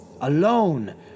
alone